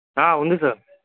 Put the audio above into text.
ఉంది సార్